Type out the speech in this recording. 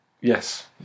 Yes